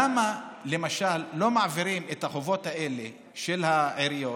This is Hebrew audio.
למה למשל לא מעבירים את החובות האלה של העיריות